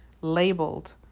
labeled